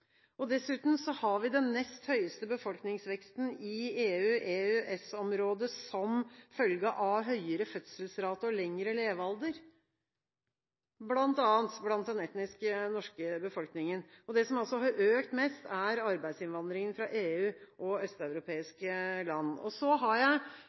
gjennomsnittet. Dessuten har vi den nest høyeste befolkningsveksten i EU-/EØS-området, som følge av høyere fødselsrate og lengre levealder, bl.a. blant den etnisk norske befolkningen. Og det som altså har økt mest, er arbeidsinnvandringen fra EU og